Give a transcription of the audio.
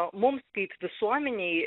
mums kaip visuomenei